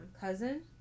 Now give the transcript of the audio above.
cousin